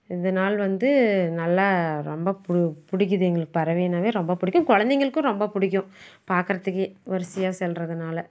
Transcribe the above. இதனால வந்து நல்லா ரொம்ப பு பிடிக்குது எங்களுக்கு பறவைங்கன்னாவே ரொம்ப பிடிக்கும் கொழந்தைங்களுக்கும் ரொம்ப பிடிக்கும் பார்க்கறத்துக்கே வரிசையாக செல்கிறதுனால